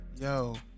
Yo